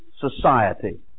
society